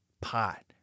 pot